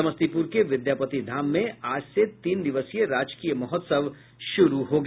समस्तीपुर के विद्यापति धाम में आज से तीन दिवसीय राजकीय महोत्सव शुरू हुआ